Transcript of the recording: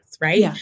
right